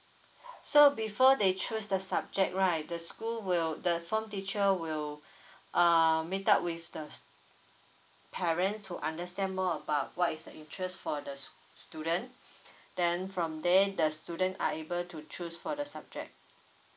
so before they choose the subject right the school will the form teacher will err meet up with the parents to understand more about what is the interest for the s~ student then from there the student are able to choose for the subject